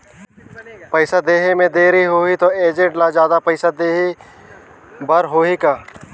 पइसा देहे मे देरी होही तो एजेंट ला जादा पइसा देही बर होही का?